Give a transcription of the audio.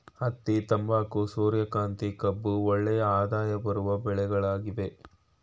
ಹತ್ತಿ, ತಂಬಾಕು, ಸೂರ್ಯಕಾಂತಿ, ಕಬ್ಬು ಒಳ್ಳೆಯ ಆದಾಯ ಬರುವ ಬೆಳೆಗಳಾಗಿವೆ